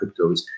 cryptos